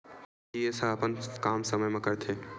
RTGS ह अपन काम समय मा करथे?